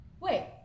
Wait